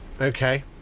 Okay